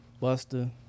Buster